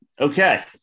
Okay